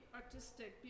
artistic